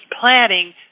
planning